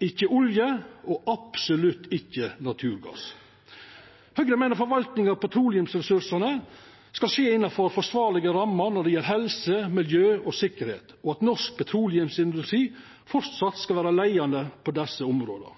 ikkje olje og absolutt ikkje naturgass. Høgre meiner forvaltninga av petroleumsressursane skal skje innanfor forsvarlege rammer når det gjeld helse, miljø og sikkerheit, og at norsk petroleumsindustri framleis skal vere leiande på desse områda